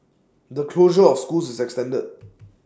the closure of schools is extended